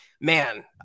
man